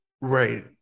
Right